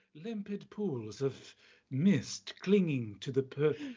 limpid pools of mist clinging to the pur.